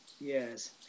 Yes